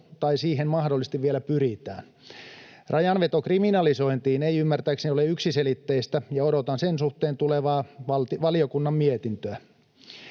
tai siihen mahdollisesti vielä pyritään. Rajanveto kriminalisointiin ei ymmärtääkseni ole yksiselitteistä, ja odotan sen suhteen tulevaa valiokunnan mietintöä.